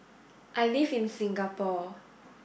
I live in Singapore